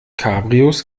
cabrios